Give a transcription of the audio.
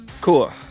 Cool